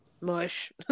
Mush